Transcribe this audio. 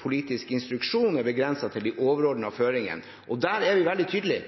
politisk instruksjon er begrenset til de overordnede føringene. Og der er vi veldig tydelige: